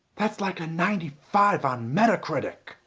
that's like a ninety five on metacritic.